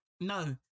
No